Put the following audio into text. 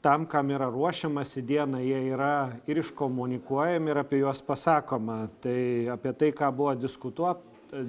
tam kam yra ruošiamasi dieną jie yra ir iškomunikuojami ir apie juos pasakoma tai apie tai ką buvo diskutuo